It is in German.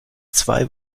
zwei